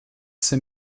ses